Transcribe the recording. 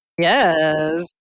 Yes